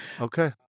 Okay